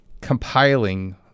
compiling